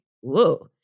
whoa